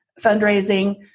fundraising